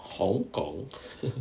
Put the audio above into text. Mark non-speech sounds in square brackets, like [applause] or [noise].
hong-kong [laughs]